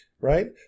right